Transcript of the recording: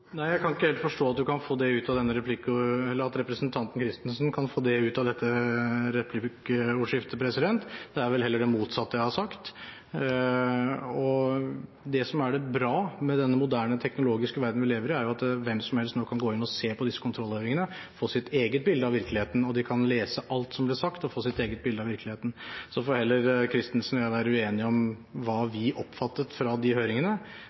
sagt. Det som er bra med den moderne teknologiske verden vi lever i, er jo at hvem som helst nå kan gå inn og se på disse kontrollhøringene, og få sitt eget bilde av virkeligheten, og de kan lese alt som ble sagt, og få sitt eget bilde av virkeligheten. Så får heller Christensen og jeg være uenige om